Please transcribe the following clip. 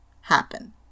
happen